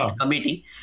committee